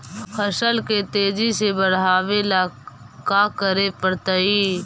फसल के तेजी से बढ़ावेला का करे पड़तई?